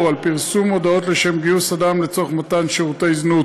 פרסום מודעות לשם גיוס אדם למתן שירותי זנות.